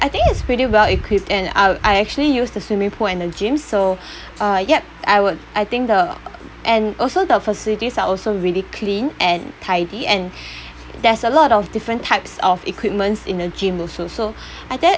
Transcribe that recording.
I think it's pretty well equipped and I'll I actually used the swimming pool and the gym so uh yup I would I think the and also the facilities are also really clean and tidy and there's a lot of different types of equipments in the gym also so ah that